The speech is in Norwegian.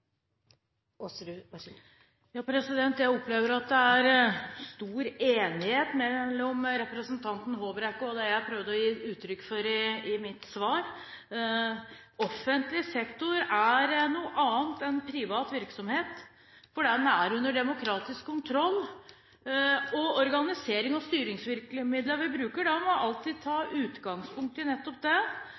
det representanten Håbrekke sier, og det jeg prøvde å gi uttrykk for i mitt svar. Offentlig sektor er noe annet enn privat virksomhet fordi den er under demokratisk kontroll, og organiserings- og styringsvirkemidlene vi bruker, må alltid ta utgangspunkt i nettopp det.